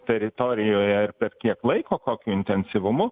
teritorijoje ir per kiek laiko kokiu intensyvumu